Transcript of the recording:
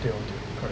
对 lor correct